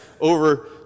over